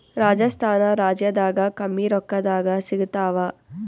ರಾಜಸ್ಥಾನ ರಾಜ್ಯದಾಗ ಕಮ್ಮಿ ರೊಕ್ಕದಾಗ ಸಿಗತ್ತಾವಾ?